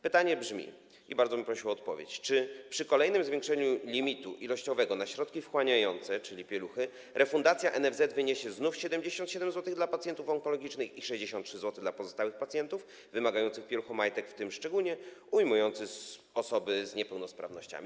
Pytanie brzmi, i bardzo bym prosił o odpowiedź: Czy przy kolejnym zwiększeniu limitu ilościowego środków wchłaniających, czyli pieluch, refundacja NFZ wyniesie znów 77 zł dla pacjentów onkologicznych i 63 zł dla pozostałych pacjentów wymagających pieluchomajtek, w tym szczególnie ujmując osoby z niepełnosprawnościami?